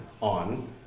on